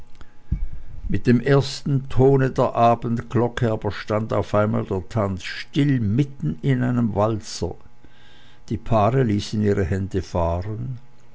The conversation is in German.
mit dem ersten tone der abendglocke aber stand auf einmal der tanz still mitten in einem walzer die paare ließen ihre hände fahren